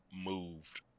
moved